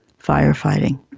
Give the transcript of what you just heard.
firefighting